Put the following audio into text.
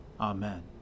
Amen